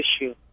issue